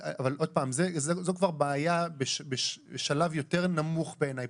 זו כבר בעיה בשלב יותר נמוך בעיניי.